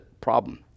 problem